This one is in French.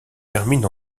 termine